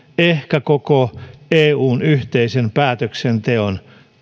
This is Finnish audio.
ehkä koko eun yhteisen päätöksenteon